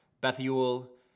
Bethuel